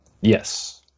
Yes